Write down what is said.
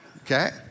Okay